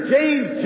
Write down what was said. James